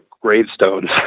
gravestones